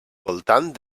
voltant